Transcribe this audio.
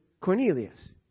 Cornelius